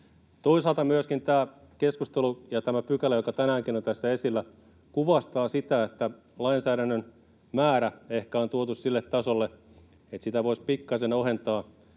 Toisaalta myöskin tämä keskustelu ja tämä pykälä, joka tänäänkin on tässä esillä, kuvastavat sitä, että lainsäädännön määrä on ehkä tuotu sille tasolle, että sitä voisi pikkasen ohentaa.